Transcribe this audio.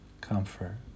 comfort